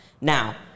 now